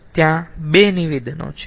તેથી ત્યાં બે નિવેદનો છે